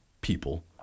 people